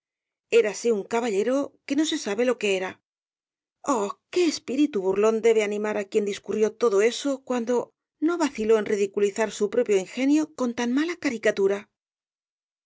caballero érase un caballero que no se sabe lo que era oh qué espíritu burlón debe animar á quien discurrió todo eso cuando no vaciló en ridiculizar su propio ingenio con tan mala caricatura